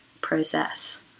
process